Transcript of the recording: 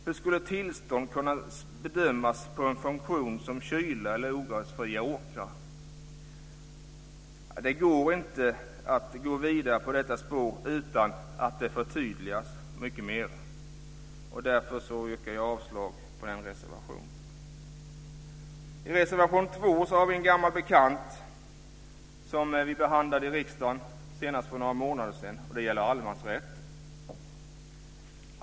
Hur skulle tillstånd kunna bedömas på en funktion som kyla eller ogräsfria åkrar? Det går inte att gå vidare på detta spår utan att det förtydligas mycket mer. Därför yrkar jag avslag på den reservationen. I reservation 2 har vi en gammal bekant som vi behandlade i riksdagen senast för några månader sedan. Det gäller allemansrätten.